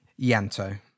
Yanto